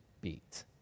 beat